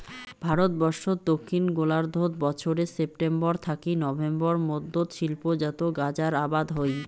ভারতবর্ষত দক্ষিণ গোলার্ধত বছরে সেপ্টেম্বর থাকি নভেম্বর মধ্যত শিল্পজাত গাঁজার আবাদ হই